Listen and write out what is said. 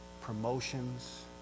promotions